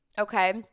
okay